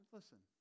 listen